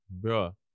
Bro